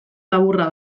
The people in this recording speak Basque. laburra